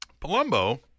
Palumbo